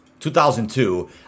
2002